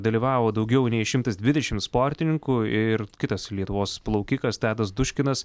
dalyvavo daugiau nei šimtas dvidešim sportininkų ir kitas lietuvos plaukikas tadas duškinas